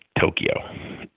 Tokyo